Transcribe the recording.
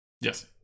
Yes